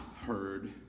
Heard